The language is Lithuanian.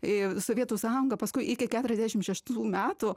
į sovietų sąjungą paskui iki keturiasdešimt šeštų metų